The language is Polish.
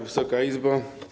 Wysoka Izbo!